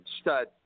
Stud